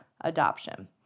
adoption